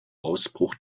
ausbruch